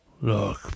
Look